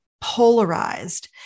polarized